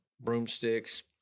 broomsticks